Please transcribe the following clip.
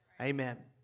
Amen